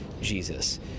Jesus